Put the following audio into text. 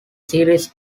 series